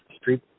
Street